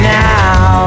now